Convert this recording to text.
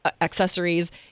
accessories